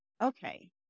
okay